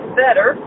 better